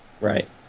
Right